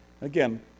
Again